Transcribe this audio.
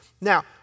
Now